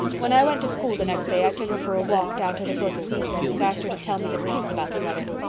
when i went to school the next day i took her for a walk down to the brook at recess and asked her to tell me the truth about the letter.